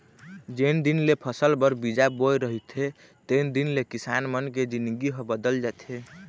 जेन दिन ले फसल बर बीजा बोय रहिथे तेन दिन ले किसान मन के जिनगी ह बदल जाथे